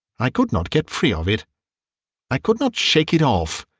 i could not get free of it i could not shake it off.